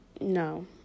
no